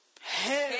Hell